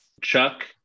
Chuck